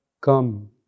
come